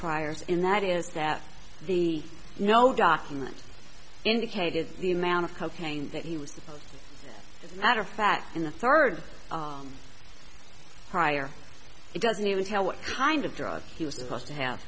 priors in that is that the no documents indicated the amount of cocaine that he was the matter of fact in the third prior it doesn't even tell what kind of drug he was supposed to have